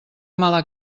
mala